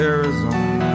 Arizona